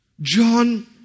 John